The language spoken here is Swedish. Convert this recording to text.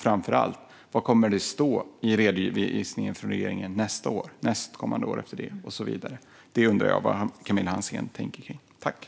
Framför allt undrar jag: Vad kommer det att stå i redovisningen från regeringen nästa år, året efter det och så vidare? Jag undrar vad Camilla Hansén tänker kring det.